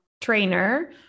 trainer